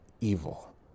evil